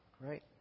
Right